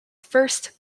first